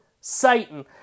Satan